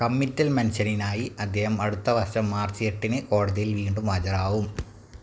committal മെൻഷനിനായി അദ്ദേഹം അടുത്ത വർഷം മാർച്ച് എട്ടിന് കോടതിയിൽ വീണ്ടും ഹാജരാവും